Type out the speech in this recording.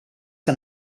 que